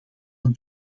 het